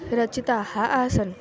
रचिताः आसन्